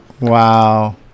Wow